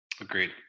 Agreed